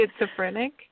schizophrenic